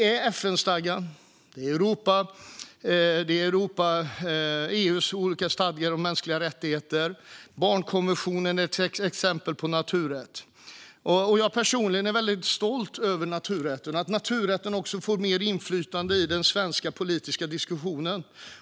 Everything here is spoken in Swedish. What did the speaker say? FN-stadgan, EU:s olika stadgar om mänskliga rättigheter och barnkonventionen är exempel på naturrätt. Jag är personligen väldigt stolt över naturrätten och att den får mer inflytande i den svenska politiska diskussionen.